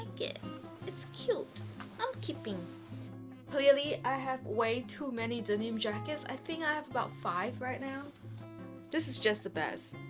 and it's cute i'm keeping clearly i have way too many denim jackets. i think i have about five right now this is just the best.